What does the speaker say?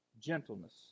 gentleness